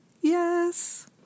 Yes